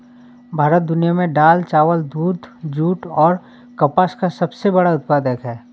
भारत दुनिया में दाल, चावल, दूध, जूट और कपास का सबसे बड़ा उत्पादक है